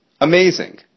Amazing